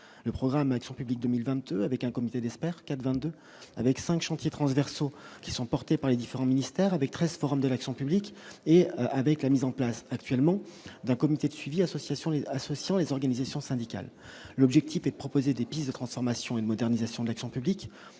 le programme avec son public 2020 avec un comité d'experts 4 22 avec 5 chantiers transversaux qui sont portés par les différents ministères avec 13, forme de l'action publique et avec la mise en place actuellement d'un comité de suivi association et associant les organisations syndicales, l'objectif est de proposer des pistes de transformation et de modernisation de l'action publique